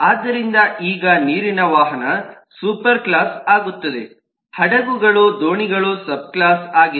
ಆದ್ದರಿಂದ ಈಗ ನೀರಿನ ವಾಹನ ಸೂಪರ್ ಕ್ಲಾಸ್ ಆಗುತ್ತದೆ ಹಡಗುಗಳು ದೋಣಿಗಳು ಸಬ್ ಕ್ಲಾಸ್ ಆಗಿದೆ